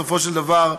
בסופו של דבר,